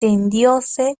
tendióse